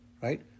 right